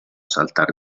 saltar